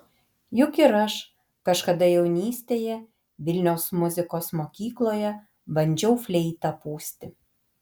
juk ir aš kažkada jaunystėje vilniaus muzikos mokykloje bandžiau fleitą pūsti